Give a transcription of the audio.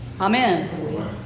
Amen